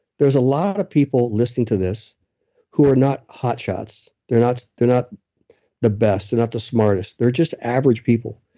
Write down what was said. there's a lot of people listening to this who are not hotshots. they're not they're not the best, they're and not the smartest. they're just average people.